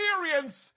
experience